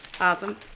Awesome